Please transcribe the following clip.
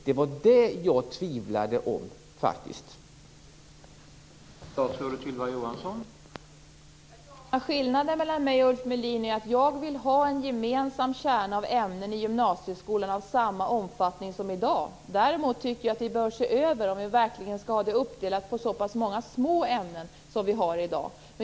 Det var det jag faktiskt tvivlade på.